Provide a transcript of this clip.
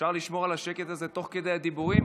אפשר לשמור על השקט הזה תוך כדי הדיבורים?